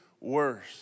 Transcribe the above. worse